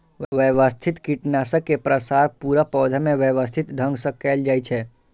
व्यवस्थित कीटनाशक के प्रसार पूरा पौधा मे व्यवस्थित ढंग सं कैल जाइ छै